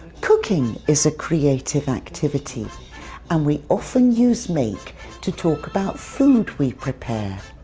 cooking is a creative activity and we often use make to talk about food we prepare.